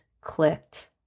clicked